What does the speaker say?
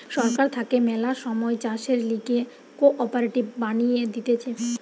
সরকার থাকে ম্যালা সময় চাষের লিগে কোঅপারেটিভ বানিয়ে দিতেছে